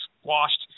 squashed